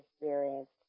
experienced